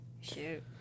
Shoot